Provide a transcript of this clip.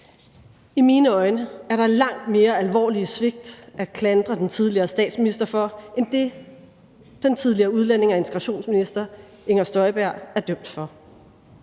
I mine øjne er der langt mere alvorlige svigt at klandre den tidligere statsminister for end det, den tidligere udlændinge- og integrationsminister Inger Støjberg er dømt for.